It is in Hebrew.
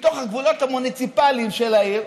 מתוך הגבולות המוניציפליים של העיר,